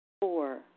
Four